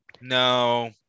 No